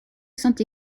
saint